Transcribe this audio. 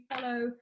follow